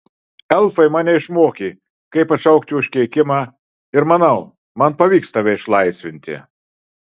elfai mane išmokė kaip atšaukti užkeikimą ir manau man pavyks tave išlaisvinti